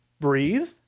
breathe